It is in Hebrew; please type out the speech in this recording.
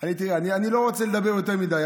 אני לא רוצה לדבר יותר מדי,